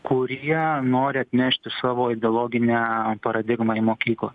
kurie nori atnešti savo ideologinę paradigmą į mokyklą